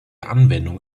anwendung